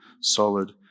solid